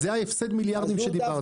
זה בדיוק ההפסד של מיליארדים עליו דיברתי.